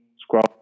scroll